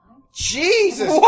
Jesus